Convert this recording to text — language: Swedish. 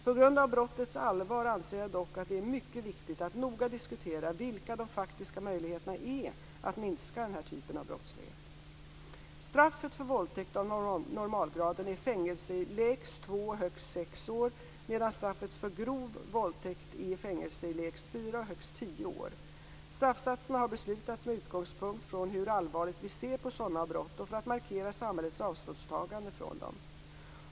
På grund av brottets allvar anser jag dock att det är mycket viktigt att noga diskutera vilka de faktiska möjligheterna är att minska denna typ av brottslighet. Straffsatserna har beslutats med utgångspunkt från hur allvarligt vi ser på sådana brott och för att markera samhällets avståndstagande från dessa.